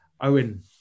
Owen